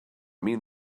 mean